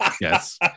Yes